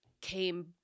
came